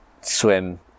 swim